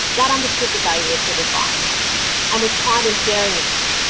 dad understood the value of good advice and was kind in sharing this,